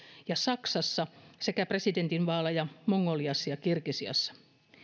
ja saksassa sekä presidentinvaaleja mongoliassa ja kirgisiassa